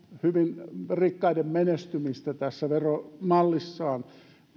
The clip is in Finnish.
hyvin rikkaiden menestymistä tässä veromallissa